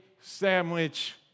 Sandwich